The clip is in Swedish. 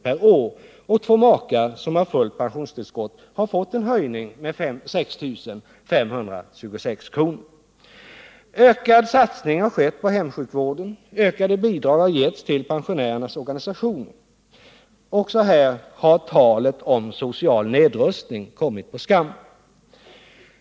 per år och två makar, som har fullt pensionstillskott, har fått en höjning med 6 526 kr. Ökad satsning har skett på hemsjukvården, ökade bidrag har getts till pensionärernas organisationer. Också här har talet om social nedrustning kommit på skam.